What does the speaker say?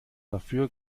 dafür